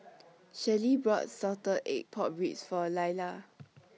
Shelley bought Salted Egg Pork Ribs For Illa